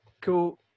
cool